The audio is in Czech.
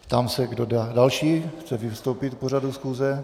Ptám se, kdo další chce vystoupit k pořadu schůze.